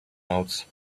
out